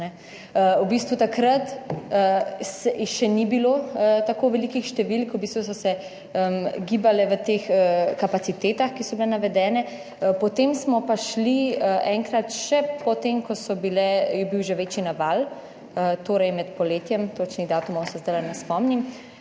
takrat še ni bilo tako velikih številk, v bistvu so se gibale v teh kapacitetah, ki so bile navedene, potem smo pa šli enkrat še po tem, ko je bil že večji naval, torej med poletjem - točnih datumov se zdaj ne spomnim